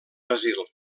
brasil